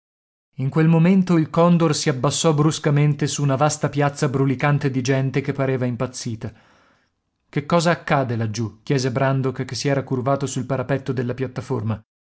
in quel momento il condor si abbassò bruscamente su una vasta piazza brulicante di gente che pareva impazzita che cosa accade laggiù chiese brandok che si era curvato sul parapetto della piattaforma